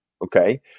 Okay